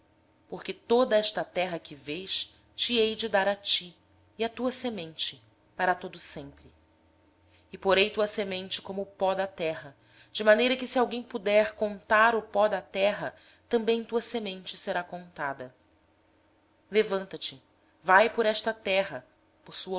porque toda esta terra que vês te hei de dar a ti e à tua descendência para sempre e farei a tua descendência como o pó da terra de maneira que se puder ser contado o pó da terra então também poderá ser contada a tua descendência levanta-te percorre esta terra no